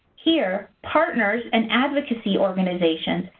here, partners and advocacy organizations,